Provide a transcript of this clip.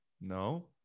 no